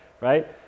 right